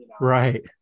Right